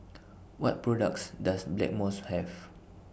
What products Does Blackmores Have